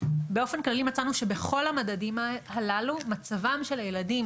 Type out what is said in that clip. באופן כללי מצאנו שבכל המדדים הללו מצבם של הילדים